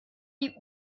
die